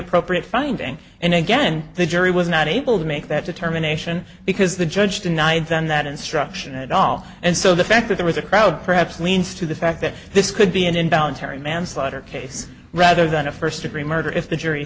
appropriate finding and again the jury was not able to make that determination because the judge denied them that instruction at all and so the fact that there was a crowd perhaps leans to the fact that this could be an involuntary manslaughter case rather than a first degree murder if the jury